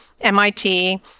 MIT